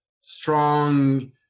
strong